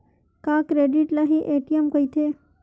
का क्रेडिट ल हि ए.टी.एम कहिथे?